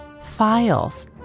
files